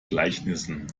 gleichnissen